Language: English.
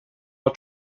are